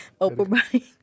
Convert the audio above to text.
Oprah